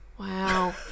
Wow